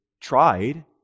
tried